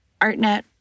ArtNet